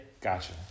Gotcha